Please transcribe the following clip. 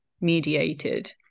mediated